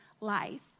life